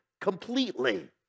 completely